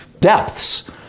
depths